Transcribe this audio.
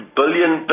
billion